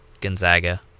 Gonzaga